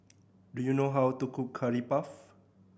do you know how to cook Curry Puff